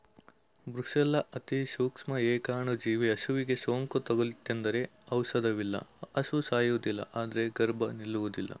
brucella ಅತಿಸೂಕ್ಷ್ಮ ಏಕಾಣುಜೀವಿ ಹಸುವಿಗೆ ಸೋಂಕು ತಗುಲಿತೆಂದರೆ ಔಷಧವಿಲ್ಲ ಹಸು ಸಾಯುವುದಿಲ್ಲ ಆದ್ರೆ ಗರ್ಭ ನಿಲ್ಲುವುದಿಲ್ಲ